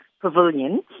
Pavilion